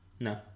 No